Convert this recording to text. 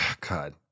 God